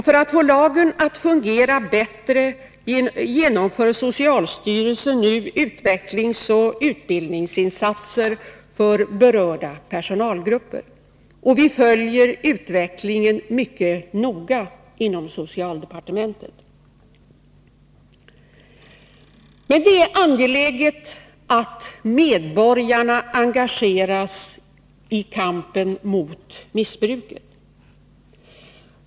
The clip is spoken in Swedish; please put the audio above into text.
För att få lagen att fungera bättre genomför socialstyrelsen nu utvecklingsoch utbildningsinsatser för berörda personalgrupper. Vi följer utvecklingen mycket noga inom socialdepartementet. Men det är angeläget att medborgarna engageras i kampen mot missbruket.